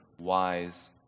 wise